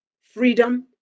freedom